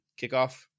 kickoff